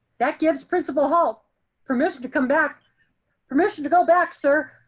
that gives principal halt permission to come back permission to go back, sir,